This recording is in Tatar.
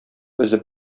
өзеп